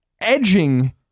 edging